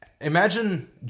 Imagine